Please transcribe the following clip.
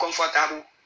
comfortable